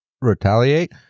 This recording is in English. retaliate